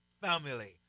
family